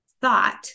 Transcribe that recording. thought